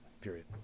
Period